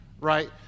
right